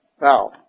Now